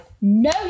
No